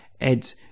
Ed